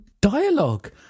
dialogue